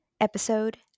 episode